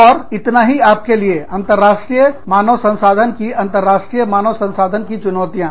और इतना ही आपके लिए अंतरराष्ट्रीय मानव मानव संसाधन की अंतरराष्ट्रीय मानव संसाधन चुनौतियां